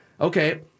okay